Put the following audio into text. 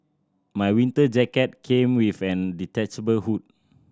my winter jacket came with an detachable hood